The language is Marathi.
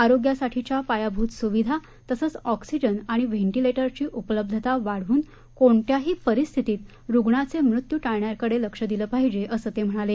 आरोग्यासाठीच्या पायाभूत सुविधा तसंच ऑक्सिजन आणि व्हेंटिलेटरची उपलब्धता वाढवून कोणत्याही परिस्थितीत रुग्णांचे मृत्यू टाळण्याकडे लक्ष दिलं पाहिजे असं ते म्हणाले